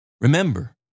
remember